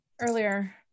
earlier